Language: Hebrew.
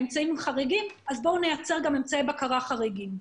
אם האמצעים חריגים אז בואו נייצר גם אמצעי בקרה חריגים.